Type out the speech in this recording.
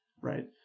right